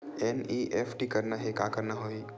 NEFT करना हे का करना होही?